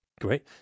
Great